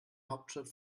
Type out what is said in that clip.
hauptstadt